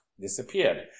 disappeared